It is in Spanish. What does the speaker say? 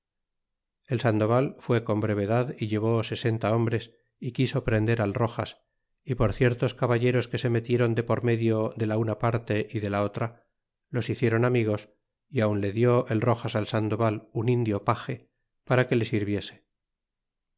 el sandoval fue con brevedad y llevó sesenta hombres y quiso prender al roxas y por ciertos caballeros que se metieron de por medio de la una parte y de la otra los hicieron amigos y aun le dió el roxas al sandoval un indio page para que le sirviese y